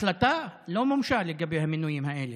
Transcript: כנסת נכבדה, נפל דבר בישראל: